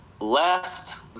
last